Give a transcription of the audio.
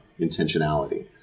intentionality